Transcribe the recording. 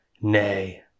nay